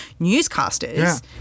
newscasters